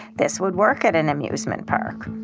this would work at an amusement park